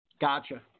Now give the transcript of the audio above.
Gotcha